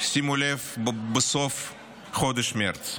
שימו לב, בסוף חודש מרץ,